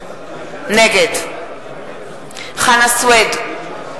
נגד חנא סוייד,